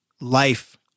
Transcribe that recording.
life